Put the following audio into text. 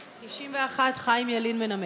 91, חיים ילין מנמק.